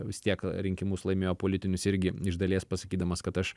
vis tiek rinkimus laimėjo politinius irgi iš dalies pasakydamas kad aš